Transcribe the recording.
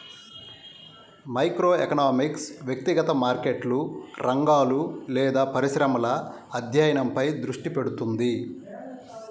microeconomics వ్యక్తిగత మార్కెట్లు, రంగాలు లేదా పరిశ్రమల అధ్యయనంపై దృష్టి పెడుతుంది